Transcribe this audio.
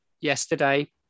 yesterday